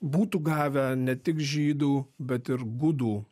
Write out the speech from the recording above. būtų gavę ne tik žydų bet ir gudų